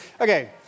Okay